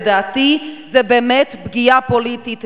לדעתי זה באמת פגיעה פוליטית,